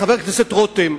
חבר הכנסת רותם,